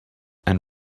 and